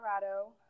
Colorado